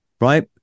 right